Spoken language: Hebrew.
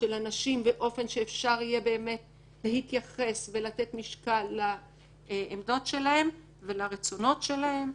באופן שאפשר יהיה באמת להתייחס ולתת משקל לעמדות שלהם ולרצונות שלהם,